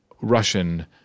Russian